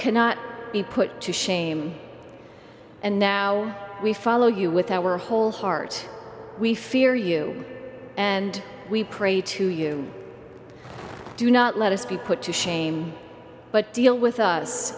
cannot be put to shame and now we follow you with our whole heart we fear you and we pray to you do not let us be put to shame but deal with us